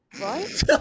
Right